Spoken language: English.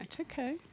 okay